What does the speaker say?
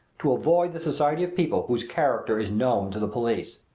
to avoid the society of people whose character is known to the police.